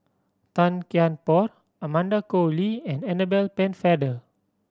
Tan Kian Por Amanda Koe Lee and Annabel Pennefather